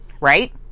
right